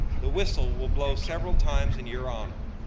the whistle will blow several times in your honor.